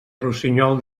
rossinyol